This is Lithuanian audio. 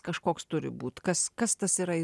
kažkoks turi būt kas kas tas yra